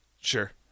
sure